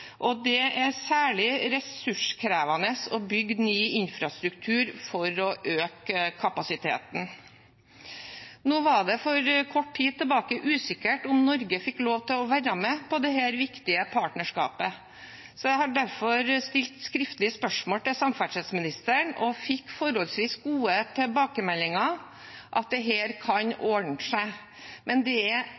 Det er særlig ressurskrevende å bygge ny infrastruktur for å øke kapasiteten. Nå var det for kort tid siden usikkert om Norge fikk lov til å være med i dette viktige partnerskapet. Jeg har derfor stilt skriftlig spørsmål til samferdselsministeren og fått forholdsvis gode tilbakemeldinger om at dette kan ordne seg. Men det er